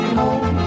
home